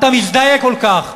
אתה מזדעק כל כך?